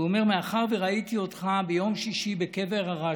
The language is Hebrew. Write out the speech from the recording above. הוא אומר: "מאחר שראיתי אותך ביום שישי בקבר הרשב"י"